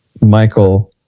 Michael